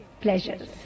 pleasures